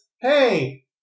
hey